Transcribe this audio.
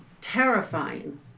terrifying